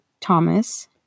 Thomas